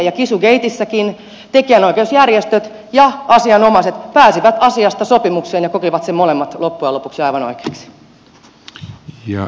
chisu gatessakin tekijänoikeusjärjestöt ja asianomaiset pääsivät asiasta sopimukseen ja kokivat sen molemmat loppujen lopuksi aivan oikeaksi